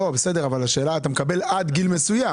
אתה מקבל עד גיל מסוים,